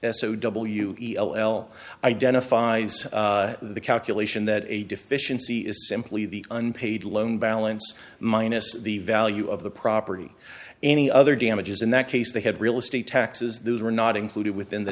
o w e l l identifies the calculation that a deficiency is simply the unpaid loan balance minus the value of the property any other damages in that case they had real estate taxes those are not included within the